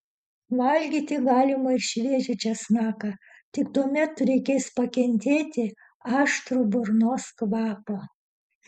valgyti galima ir šviežią česnaką tik tuomet reikės pakentėti aštrų burnos kvapą